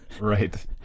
right